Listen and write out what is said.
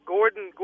Gordon